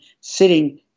sitting